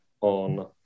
on